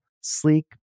sleek